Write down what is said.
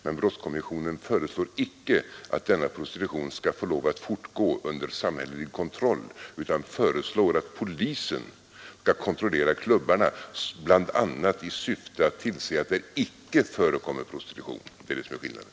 Men brottskommissionen föreslår icke att denna prostitution skall få lov att fortgå under samhällelig kontroll utan föreslår att polisen skall kontrollera klubbarna, bl.a. i syfte att tillse att det icke förekommer prostitution. Det är det som är skillnaden.